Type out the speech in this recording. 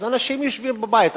אנשים יושבים בבית.